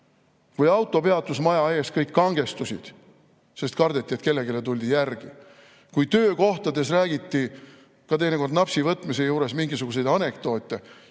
Kui auto peatus maja ees, siis kõik kangestusid, sest kardeti, et kellelegi tuldi järele. Kui töökohtades räägiti, teinekord ka napsivõtmise juures, mingisuguseid anekdoote,